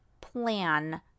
plan